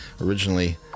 originally